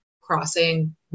crossing